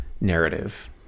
narrative